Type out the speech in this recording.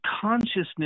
consciousness